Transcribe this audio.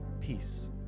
Peace